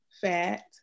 fat